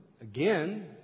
again